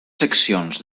seccions